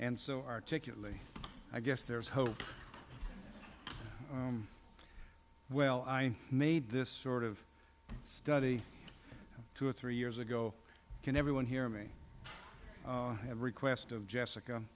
and so articulate i guess there's hope well i made this sort of study two or three years ago can everyone hear me and request of jessica